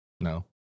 No